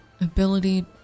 ability